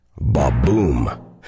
ba-boom